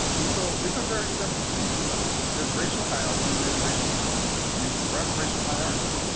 and so it's a very simple thing there's racial hierarchy and there's racial equality. you express racial hierarchy,